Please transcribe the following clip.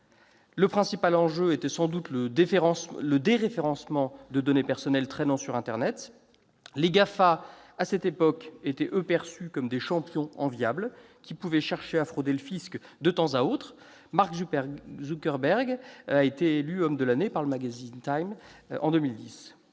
Le principal enjeu était sans doute le déréférencement de données personnelles traînant sur internet. Les GAFA, à cette époque, étaient perçus comme des champions enviables, qui pouvaient chercher, de temps à autre, à frauder le fisc. Mark Zuckerberg a été élu homme de l'année, en 2010,